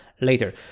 later